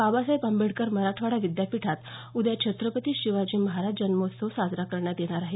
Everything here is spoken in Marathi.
बाबासाहेब आंबेडकर मराठवाडा विद्यापीठात उद्या छत्रपती शिवाजी महाराज जन्मोत्सव साजरा करण्यात येणार आहे